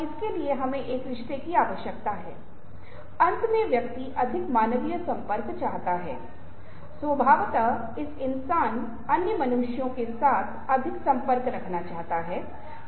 इसका अर्थ है कि दृश्य का हमारा अनुभव बहुत हद तक एक टेलीविजन स्क्रीन कंप्यूटर स्क्रीन या एक डिजिटल मोबाइल स्क्रीन या जो भी हो द्वारा मध्यस्थता या हस्तक्षेप किया गया था